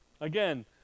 Again